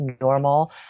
normal